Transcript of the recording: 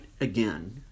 again